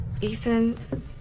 Ethan